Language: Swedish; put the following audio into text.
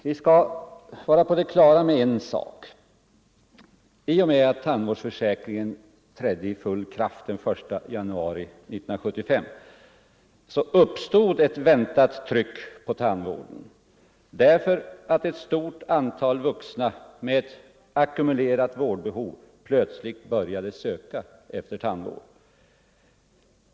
Vi skall vara på det klara med en sak: i och med att tandvårdsförsäkringen trädde i full kraft den 1 januari 1974 uppstod ett väntat tryck på tandvården, därför att ett stort antal vuxna med ett ackumulerat vårdbehov plötsligt började söka efter tandvård.